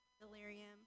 Delirium